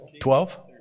Twelve